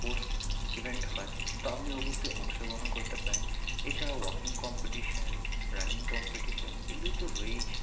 sports event হয় তো আপনি ওগুলোতে অংশগ্রহণ করতে পারেন এছাড়াও ওয়াকিং কম্পিটিশান রানিং কম্পিটিশান এগুলি তো রয়েইছে